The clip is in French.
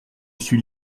suis